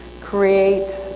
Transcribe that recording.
create